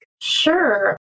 Sure